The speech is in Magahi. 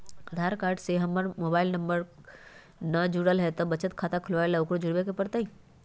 आधार कार्ड से हमर मोबाइल नंबर न जुरल है त बचत खाता खुलवा ला उकरो जुड़बे के पड़तई?